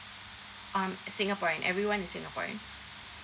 um singaporean everyone is singaporean